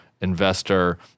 investor